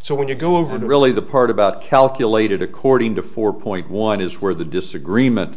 so when you go over to really the part about calculated according to four point one is where the disagreement